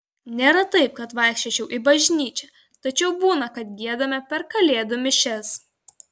nėra taip kad vaikščiočiau į bažnyčią tačiau būna kad giedame per kalėdų mišias